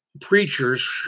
preachers